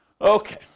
Okay